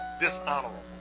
dishonorable